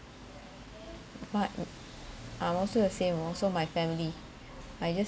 but I'm also the same also my family I just